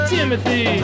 Timothy